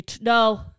No